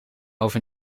over